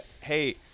hey